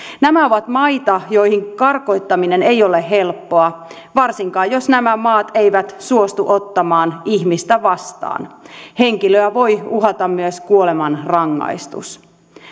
nämä ovat maita joihin karkottaminen ei ole helppoa varsinkaan jos nämä maat eivät suostu ottamaan ihmistä vastaan henkilöä voi uhata myös kuolemanrangaistus